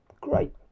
Great